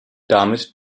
damit